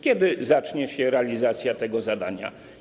Kiedy zacznie się realizacja tego zadania?